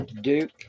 Duke